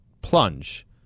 plunge